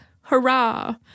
Hurrah